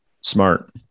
Smart